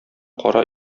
кара